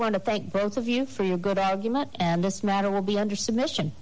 to thank both of you for your good argument and this matter will be under submission